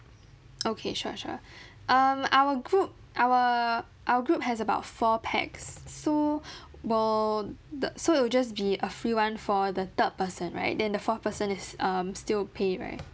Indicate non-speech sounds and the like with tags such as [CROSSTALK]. okay sure sure [BREATH] um our group our our group has about four pax so [BREATH] will the so it'll just be a free one for the third person right then the fourth person is um still will pay right